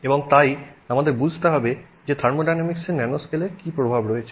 এবং তাই আমাদের বুঝতে হবে যে থার্মোডাইনামিক্সে ন্যানোস্কেলের কী প্রভাব রয়েছে